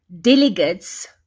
delegates